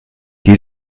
die